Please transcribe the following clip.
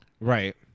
Right